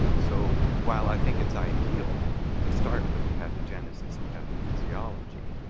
so while i think it's ideal to start with the pathogenesis and pathophysiology